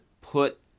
put